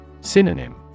Synonym